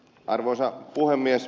arvoisa puhemies